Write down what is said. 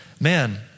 man